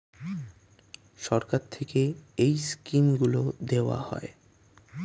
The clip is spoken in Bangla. সরকার থেকে এই স্কিমগুলো দেওয়া হয়